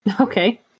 Okay